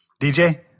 DJ